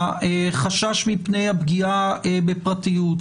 החשש מפני הפגיעה בפרטיות,